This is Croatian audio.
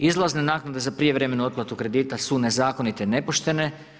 Izlazne naknade za prijevremenu otplatu kredita su nezakonite i nepoštene.